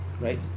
Right